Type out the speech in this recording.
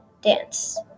dance